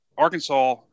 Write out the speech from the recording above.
Arkansas